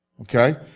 Okay